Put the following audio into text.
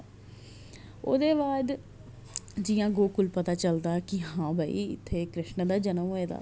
ओह्दे बाद जि'यां गोकुल पता चलदा कि हां भाई इत्थें कृष्ण दा जन्म होऐ दा